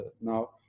now